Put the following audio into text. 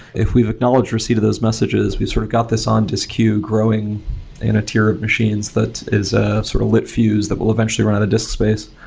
if we've acknowledge receive of those messages, we sort of got this on disk queue growing in a tiered machines that is a sort of lit fuse that will eventually run out of disk space.